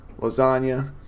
lasagna